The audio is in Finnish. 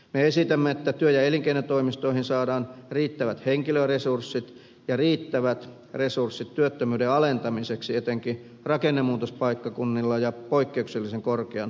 me esitämme että työ ja elinkeinotoimistoihin saadaan riittävät henkilöresurssit ja riittävät resurssit työttömyyden alentamiseksi etenkin rakennemuutospaikkakunnilla ja poikkeuksellisen korkean työttömyyden alueilla